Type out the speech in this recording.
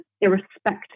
irrespective